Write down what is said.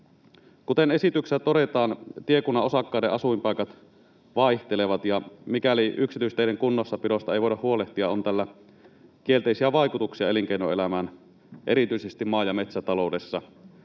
Kuten esityksessä todetaan, tiekunnan osakkaiden asuinpaikat vaihtelevat, ja mikäli yksityisteiden kunnossapidosta ei voida huolehtia, on tällä kielteisiä vaikutuksia elinkeinoelämään erityisesti maa- ja metsätaloudessa.